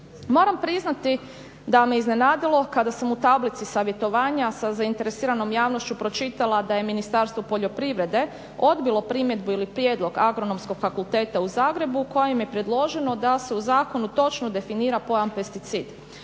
Moram priznati da me iznenadilo kada sam u tablici savjetovanja sa zainteresiranom javnošću pročitala da je Ministarstvo poljoprivrede odbilo primjedbu ili prijedlog Agronomskog fakulteta u Zagrebu koje im je predloženo da se u zakonu točno definira pojam pesticid.